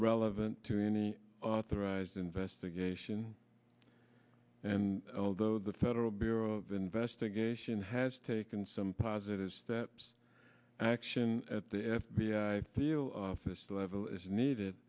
relevant to any authorized investigation and although the federal bureau of investigation has taken some positive steps action at the f b i field office level is needed